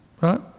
right